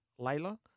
Layla